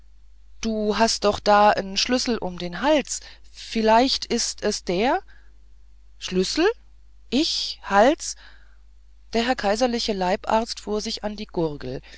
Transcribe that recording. du hast doch da en schlüssel um den hals vielleicht is es der schlüssel ich hals der herr kaiserliche leibarzt fuhr sich an die gurgel